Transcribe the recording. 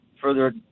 further